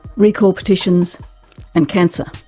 recall petitions and cancer.